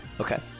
Okay